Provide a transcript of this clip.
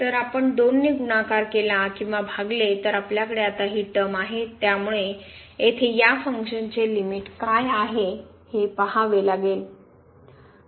तर आपण 2 ने गुणाकार केला किंवा भागले तर आपल्याकडे आता ही टर्म आहे त्यामुळे येथे या फंक्शन चे लीमिटकाय आहे ते पहावे लागेल